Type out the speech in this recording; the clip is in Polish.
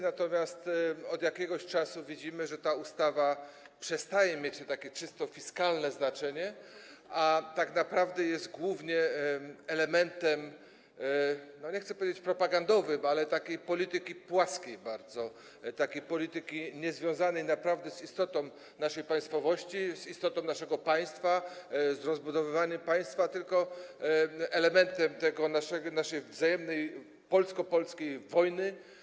Natomiast od jakiegoś czasu widzimy, że ta ustawa przestaje mieć takie czysto fiskalne znaczenie, a tak naprawdę jest głównie elementem, nie chcę powiedzieć propagandowym, ale takiej polityki bardzo płaskiej, polityki niezwiązanej naprawdę z istotą naszej państwowości, z istotą naszego państwa, z rozbudowywaniem państwa, tylko jest elementem naszej wzajemnej polsko-polskiej wojny.